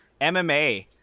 mma